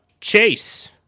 Chase